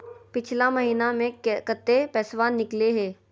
पिछला महिना मे कते पैसबा निकले हैं?